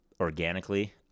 organically